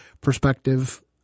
perspective